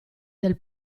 del